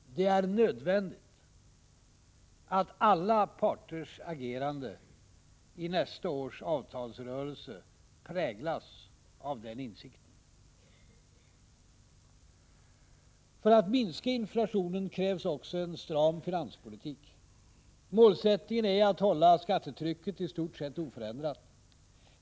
Det är nödvändigt att alla parters agerande i nästa års avtalsrörelse präglas av den insikten. För att minska inflationen krävs också en stram finanspolitik. Målsättningen är att hålla skattetrycket i stort sett oförändrat.